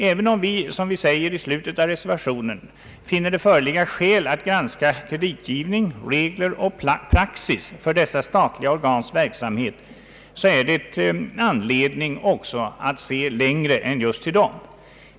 Även om vi, som vi säger i slutet av reservationen, finner det föreligga skäl att granska kreditgivning, regler och praxis för dessa statliga organs verksamhet, är det också anledning att se längre.